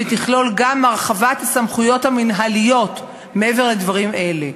שתכלול גם הרחבת הסמכויות המינהליות מעבר לדברים האלה.